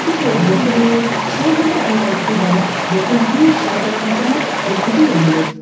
কী করব সেগুলো সেইগুলো আপনারা একটু দাদা দেখুন প্লিস সরকারের কাছে আমার এইটুকুই অনুরোধ